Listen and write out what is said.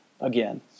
again